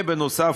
ובנוסף,